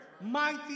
mighty